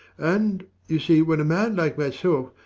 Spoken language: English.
and you see, when a man like myself,